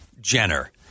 jenner